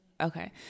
okay